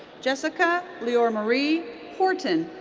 jessica leoramarie horton.